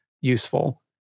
useful